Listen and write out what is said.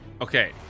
Okay